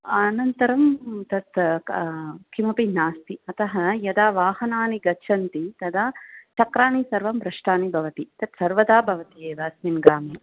अनन्तरं तत्र क किमपि नास्ति अतः यदा वाहनानि गच्छन्ति तदा चक्रानि सर्वं भ्रष्टानि भवति तत् सर्वदा भवति एव अस्मिन् ग्रामे